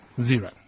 Zero